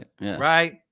Right